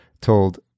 told